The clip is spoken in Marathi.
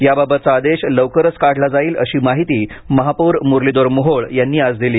याबाबतचा आदेश लवकरच काढला जाईल अशी माहिती महापौर मुरलीधर मोहोळ यांनी आज दिली